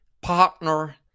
partner